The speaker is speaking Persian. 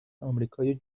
امریکای